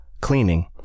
cleaning